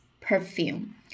perfume